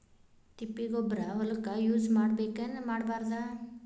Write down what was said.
ತಿಪ್ಪಿಗೊಬ್ಬರ ಹೊಲಕ ಯೂಸ್ ಮಾಡಬೇಕೆನ್ ಮಾಡಬಾರದು?